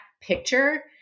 picture